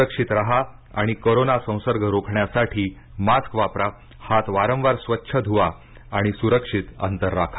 सुरक्षित राहा आणि कोरोना संसर्ग रोखण्यासाठी मास्क वापरा हात वारंवार स्वच्छ धुवा आणि सुरक्षित अंतर राखा